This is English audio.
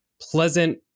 pleasant